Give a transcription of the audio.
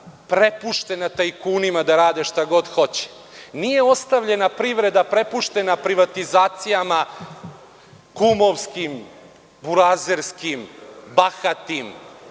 prepuštena tajkunima da rade šta hoće, nije ostavljena privreda prepuštena privatizacijama kumovskim, burazerskim, bahatim,